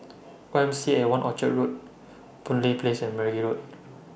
Y M C At one Orchard Road Boon Lay Place and Meragi Road